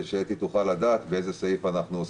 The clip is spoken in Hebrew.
מתקנה לתקנה כדי שאתי תוכל לדעת באיזה סעיף אנחנו עוסקים.